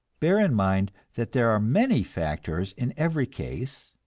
bear in mind that there are many factors in every case,